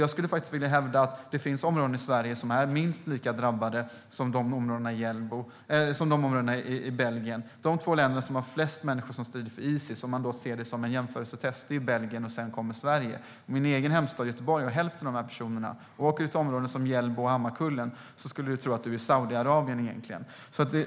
Jag skulle vilja hävda att det finns områden i Sverige som är minst lika drabbade som områdena i Belgien. De två länder som har flest människor som strider för Isil, om man ser det som en jämförelsetest, är Belgien och sedan Sverige. Min egen hemstad Göteborg har hälften av de personerna. Åker du till områden som Hjällbo och Hammarkullen skulle du tro att du är i Saudiarabien.